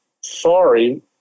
Sorry